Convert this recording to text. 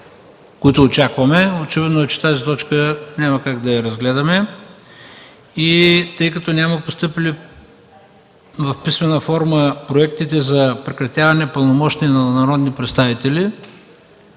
които очакваме, очевидно е, че тази точка няма как да я разгледаме. Тъй като няма постъпили в писмена форма Проекти за прекратяване пълномощията на народни представители,